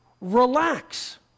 relax